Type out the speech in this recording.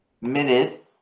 minute